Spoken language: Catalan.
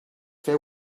fer